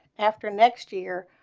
after next year,